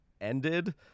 ended